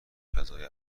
فضای